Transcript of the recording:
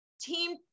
team